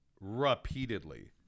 repeatedly